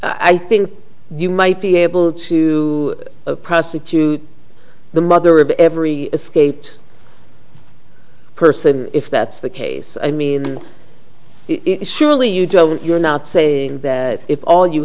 i think you might be able to prosecute the mother of every escaped person if that's the case i mean it surely you don't you're not saying if all you